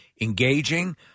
Engaging